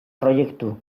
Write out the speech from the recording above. proiektu